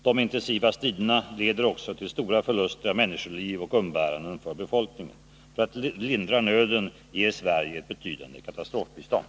De intensiva striderna leder också till stora förluster av människoliv och umbäranden för befolkningen. För att lindra nöden ger Sverige ett betydande katastrofbistånd.